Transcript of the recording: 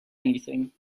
anything